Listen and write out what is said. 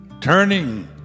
turning